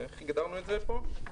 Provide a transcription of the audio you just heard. סליחה,